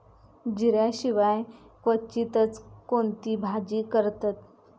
जिऱ्या शिवाय क्वचितच कोणती भाजी करतत